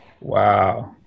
wow